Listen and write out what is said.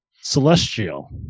Celestial